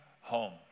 home